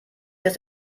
das